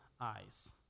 eyes